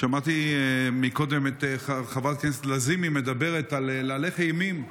שמעתי קודם את חברת הכנסת לזימי מדברת על להלך אימים.